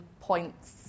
points